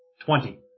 twenty